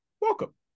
welcome